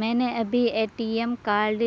मैंने अभी ATM card